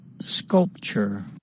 sculpture